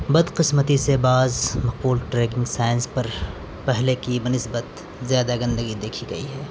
بدقسمتی سے بعض مقبول ٹریکنگ سائنس پر پہلے کی بنسبت زیادہ گندگی دیکھی گئی ہے